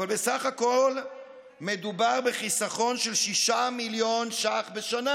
אבל בסך הכול מדובר בחיסכון של 6 מיליון שקל בשנה,